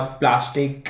plastic